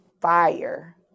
fire